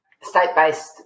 state-based